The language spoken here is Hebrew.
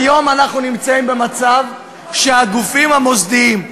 כיום אנחנו נמצאים במצב שהגופים המוסדיים,